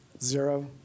Zero